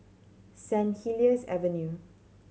Saint Helier's Avenue